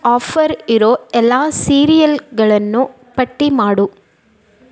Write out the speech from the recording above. offer ಇರೋ ಎಲ್ಲ ಸೀರಿಯಲ್ಗಳನ್ನು ಪಟ್ಟಿ ಮಾಡು